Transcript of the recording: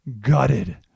gutted